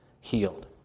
healed